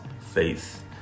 faith